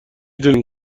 دونین